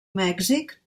mèxic